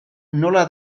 nola